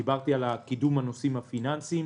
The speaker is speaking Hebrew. קידום הנושאים הפיננסיים